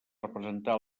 representar